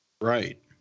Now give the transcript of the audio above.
right